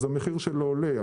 אז המחיר שלו עולה.